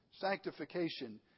sanctification